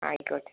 ആയിക്കോട്ടെ